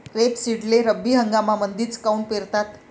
रेपसीडले रब्बी हंगामामंदीच काऊन पेरतात?